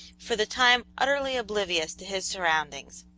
for the time utterly oblivious to his surroundings.